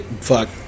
Fuck